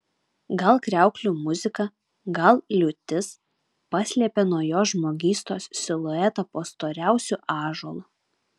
gal kriauklių muzika gal liūtis paslėpė nuo jo žmogystos siluetą po storiausiu ąžuolu